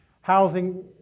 Housing